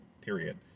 period